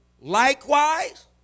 Likewise